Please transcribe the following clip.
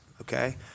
okay